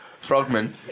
Frogman